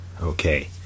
Okay